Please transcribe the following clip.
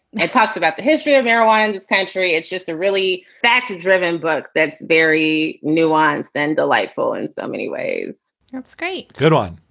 it talks about the history of marijuana in this country. it's just a really fact driven book that's very nuanced and delightful in so many ways that's great. good one.